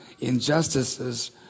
injustices